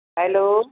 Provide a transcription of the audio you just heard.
hello